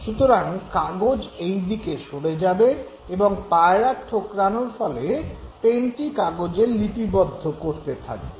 সুতরাং কাগজ এইদিকে সরে যাবে এবং পায়রার ঠোকরানোর ফলে পেনটি কাগজে লিপিবদ্ধ করতে থাকবে